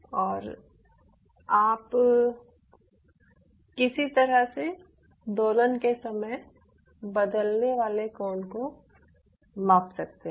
और आप किसी तरह से दोलन के समय बदलने वाले कोण को माप सकते हैं